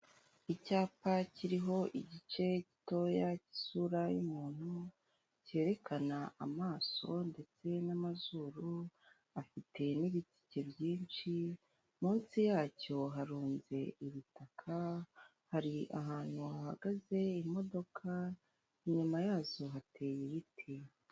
Icyapa kiriho igice gitoya cy'isura y'umuntu cyerekana amaso ndetse n'amazuru, afite n'ibitike byinshi, munsi yacyo harunze ibitaka, hari ahantu hahagaze imodoka, inyuma yazo hateye ibiti.